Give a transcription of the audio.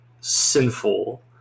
sinful